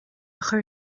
chur